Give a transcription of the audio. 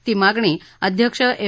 ती मागणी अध्यक्ष एम